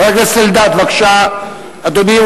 חבר הכנסת אלדד, בבקשה, אדוני.